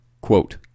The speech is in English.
Quote